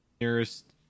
nearest